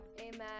amen